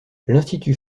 l’institut